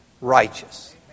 righteous